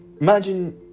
imagine